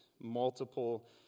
multiple